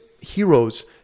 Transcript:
heroes